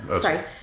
Sorry